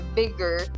bigger